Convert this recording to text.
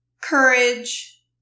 courage